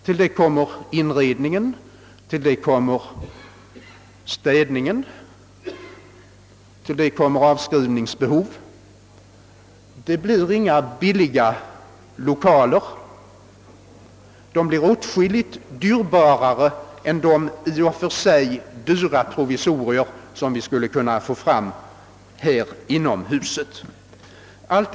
Till detta kommer inredningen, städning och avskrivningsbehov. Det blir inga billiga lokaler. De blir åtskilligt mycket dyrare än de i och för sig dyra provisorier som vi skulle kunna få fram inom huset.